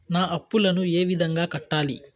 నా అప్పులను ఏ విధంగా కట్టాలి?